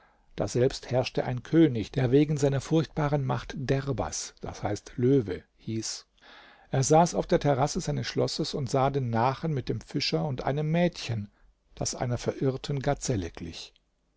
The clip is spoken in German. daselbst herrschte ein könig der wegen seiner furchtbaren macht derbas löwe hieß er saß auf der terrasse seines schlosses und sah den nachen mit dem fischer und einem mädchen das einer verirrten gazelle glich